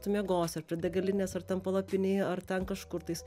tu miegosi ar prie degalinės ar ten palapinėj ar ten kažkur tais